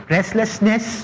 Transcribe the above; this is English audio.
Restlessness